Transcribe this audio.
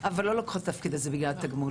אבל לא לוקחות את התפקיד הזה בגלל התגמול.